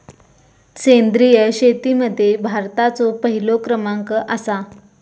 सेंद्रिय शेतीमध्ये भारताचो पहिलो क्रमांक आसा